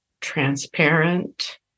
transparent